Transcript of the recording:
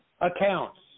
Accounts